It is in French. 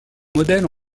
modèle